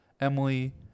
Emily